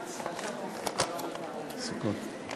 עסוקות,